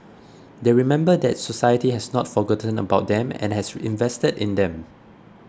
they remember that society has not forgotten about them and has invested in them